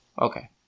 Okay